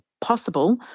possible